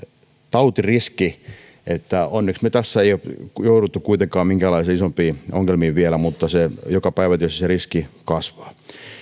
tautiriski että onneksi me emme tässä ole joutuneet kuitenkaan minkäänlaisiin isompiin ongelmiin vielä mutta joka päivä tietysti se riski kasvaa